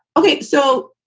ok. so,